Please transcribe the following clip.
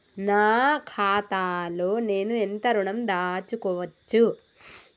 నా ఖాతాలో నేను ఎంత ఋణం దాచుకోవచ్చు?